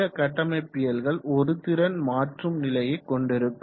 சில கட்டமைப்பியல்கள் ஒரு திறன் மாற்றும் நிலையை கொண்டிருக்கும்